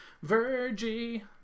virgie